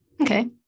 Okay